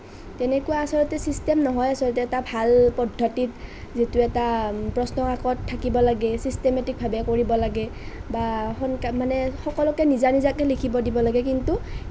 তেনেকুৱা আচলতে চিষ্টেম নহয় আচলতে এটা ভাল পদ্ধতি যিটো এটা প্ৰশ্ন কাকত থাকিব লাগে চিষ্টেমেটিকভাৱে কৰিব লাগে বা সকলোকে নিজা নিজাকে লিখিব দিব লাগে কিন্তু সেইটো